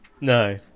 No